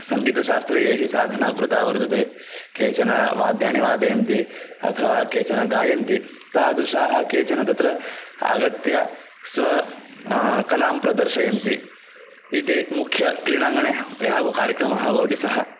सङ्गीतशास्त्रे यैः साधना कृता वर्तते केचन वाद्यानि वादयन्ति अथवा केचन गायन्ति तादृशाः केचन तत्र आगत्य स्व कलां प्रदर्शयन्ति इति मुख्यक्रीडाङ्गणे यः कार्यक्रमः भवति सः